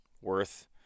worth